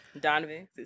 donovan